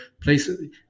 places